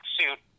suit